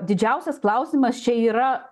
didžiausias klausimas čia yra